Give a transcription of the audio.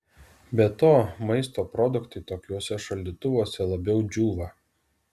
be to maisto produktai tokiuose šaldytuvuose labiau džiūva